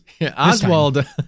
Oswald